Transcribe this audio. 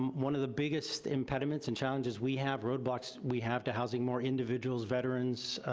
one of the biggest impediments and challenges we have roadblocks we have to housing more individuals, veterans,